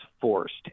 forced